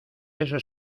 eso